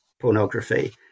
pornography